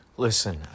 Listen